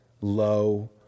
low